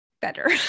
better